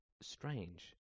Strange